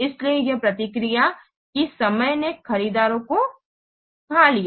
इसलिए यह प्रतिक्रिया की समय ने खरीदारों को खा लिया